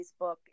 Facebook